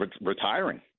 retiring